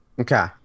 Okay